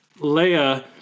Leia